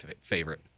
favorite